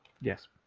yes